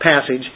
passage